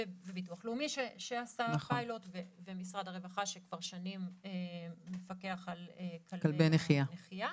וביטוח לאומי שעשה פיילוט ומשרד הרווחה שכבר שנים מפקח על כלבי נחייה,